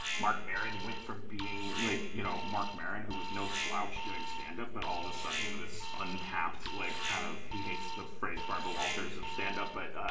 marc maron went from being like, you know, mark maron who was no slouch doing stand up but all of a sudden, this untapped, like kind of he hates the phrase, barbara walters of stand-up. but